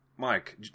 Mike